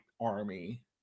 army